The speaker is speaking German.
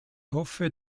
hoffe